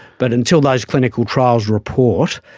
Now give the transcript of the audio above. but until those clinical trials report,